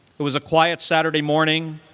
it was a quiet saturday morning.